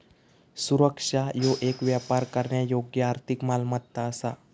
सुरक्षा ह्यो येक व्यापार करण्यायोग्य आर्थिक मालमत्ता असा